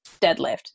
deadlift